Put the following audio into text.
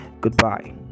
Goodbye